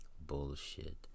Bullshit